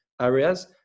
areas